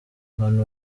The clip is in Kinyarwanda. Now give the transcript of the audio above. abantu